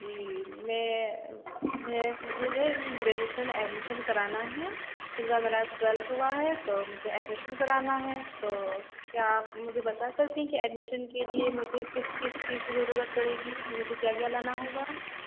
जी मैं मैं मुझे जो है ग्रैजूएशन में एडमिशन करवाना है इस बार मेरा ट्वेल्व हुआ है तो मुझे एडमिशन करवाना है तो क्या आप मुझे बता सकती हैं कि एडमिशन के लिए मुझे किस किस चीज़ की ज़रूरत पड़ेगी मुझे क्या क्या लाना होगा